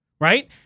right